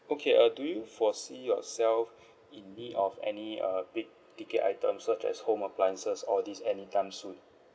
okay uh do you foresee yourself in need of any uh big ticket items such as home appliances all these anytime soon